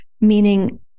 meaning